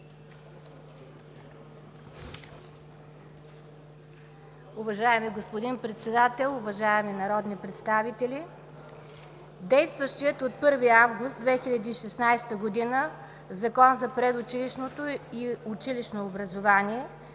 Уважаеми господин Председател, уважаеми народни представители, действащият от 1 август 2016 г. Закон за предучилищното и училищно образование